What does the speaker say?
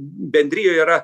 bendrijoj yra